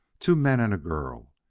two men and a girl!